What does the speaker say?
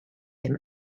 him